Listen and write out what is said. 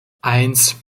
eins